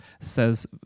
says